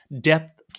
depth